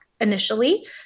initially